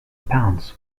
pounds